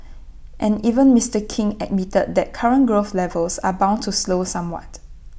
and even Mister king admitted that current growth levels are bound to slow somewhat